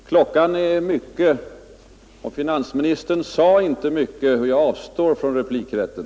Herr talman! Klockan är mycket, och finansministern sade inte mycket. Jag avstår från replikrätten.